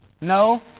No